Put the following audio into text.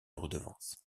redevance